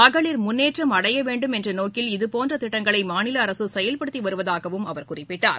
மகளிர் முன்னேற்றம் அடைய வேண்டும் என்ற நோக்கில் இதபோன்ற திட்டங்களை மாநில அரசு செயல்படுத்தி வருவதாகவும் அவர் குறிப்பிட்டார்